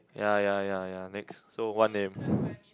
ya ya ya ya next so one name